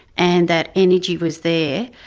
and that energy was there,